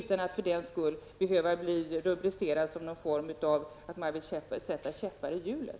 Men för den skull skall man inte behöva bli beskylld för att vilja sätta en käpp i hjulet.